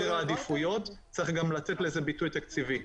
העדיפויות צריך גם לתת לזה ביטוי תקציבי,